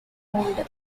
hold